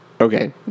Okay